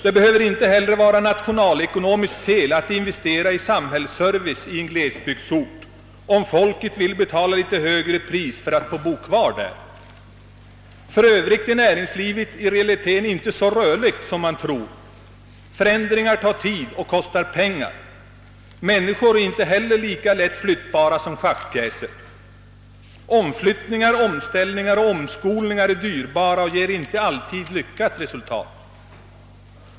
Det behöver heller inte vara nationalekonomiskt fel att investera i samhällsservice i en glesbygdsort — om folket vill betala lite högre pris för att få bo kvar där. För övrigt är näringslivet i realiteten inte så rörligt som man tror. Förändringar tar tid och kostar pengar. Människor är inte heller lika lätt flyttbara som schackpjäser — omflyttningar, omställningar och omskolningar är dyrbara och ger inte alltid lyckat resultat.